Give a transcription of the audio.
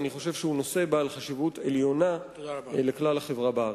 אני חושב שהוא נושא בעל חשיבות עליונה לכלל החברה בארץ.